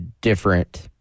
different